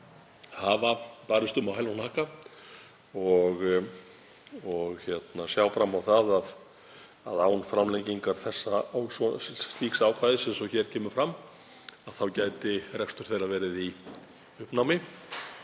hafa barist um á hæl og hnakka og sjá fram á að án framlengingar slíks ákvæðis, eins og hér kemur fram, gæti rekstur þeirra verið í uppnámi.